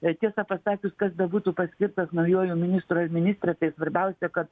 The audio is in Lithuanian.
tiesą pasakius kas bebūtų paskirtas naujuoju ministru ar ministre tai svarbiausia kad